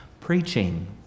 preaching